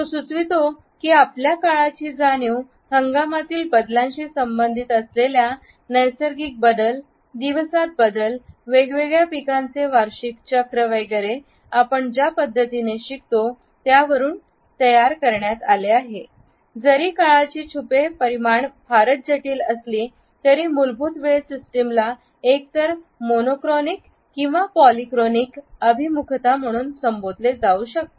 तो सुचवितो की आपल्या काळाची जाणीव हंगामातील बदलांशी संबंधित असलेल्या नैसर्गिक बदल दिवसात बदल वेगवेगळ्या पिकांचे वार्षिक चक्र वगैरे आपण ज्या पद्धतीने शिकतो त्यावरून उदयास आली आहे जरी काळाची छुपे परिमाण फारच जटिल असली तरी मूलभूत वेळ सिस्टमला एकतर मोनोक्रॉनिक किंवा पॉलीक्रॉनिक अभिमुखता म्हणून संबोधले जाऊ शकते